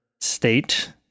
state